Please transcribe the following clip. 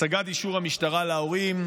הצגת אישור המשטרה להורים,